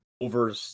over